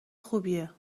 خوبیه